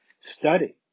Study